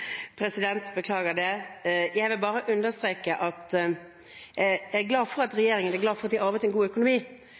president. Jeg vil bare understreke at jeg er glad for at regjeringen er glad for at den arvet en god økonomi